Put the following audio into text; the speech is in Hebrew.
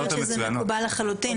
שזה מקובל לחלוטין.